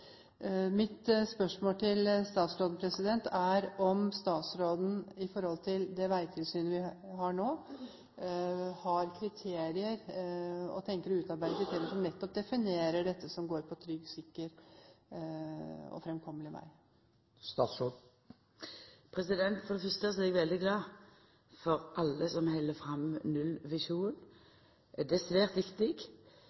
Mitt spørsmål til statsråden er om statsråden – i forhold til det veitilsynet vi har nå – har kriterier, og tenker å utarbeide kriterier, som definerer dette som går på trygg og fremkommelig vei. For det fyrste er eg veldig glad for alle som held fram nullvisjonen.